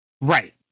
right